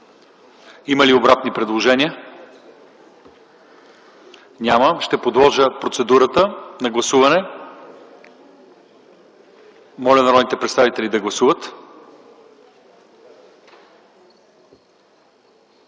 Има ли обратни предложения? Няма. Ще подложа процедурата на гласуване. Моля народните представители да гласуват.